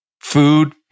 food